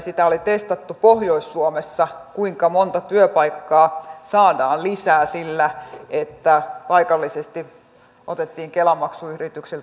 sitä oli testattu pohjois suomessa kuinka monta työpaikkaa saadaan lisää sillä että paikallisesti otettiin kela maksu yrityksiltä pois